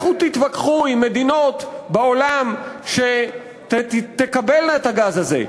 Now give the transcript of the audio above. לכו תתווכחו עם מדינות בעולם שתקבלנה את הגז הזה,